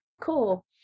Cool